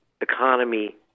economy